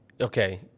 Okay